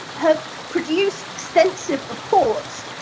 have produced extensive reports,